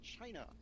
China